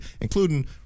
including